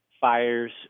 Fires